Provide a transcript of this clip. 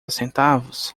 centavos